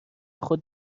خود